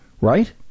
Right